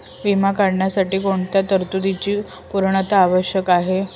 विमा काढण्यासाठी कोणत्या तरतूदींची पूर्णता आवश्यक आहे?